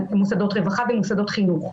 על מוסדות רווחה ומוסדות חינוך.